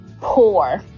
poor